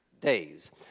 days